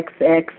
XX